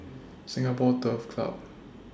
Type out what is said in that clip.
Singapore Turf Club